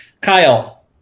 Kyle